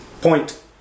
Point